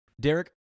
Derek